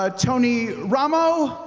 ah tony ramo,